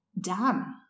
done